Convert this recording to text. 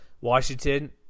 Washington